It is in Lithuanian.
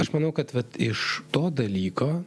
aš manau kad vat iš to dalyko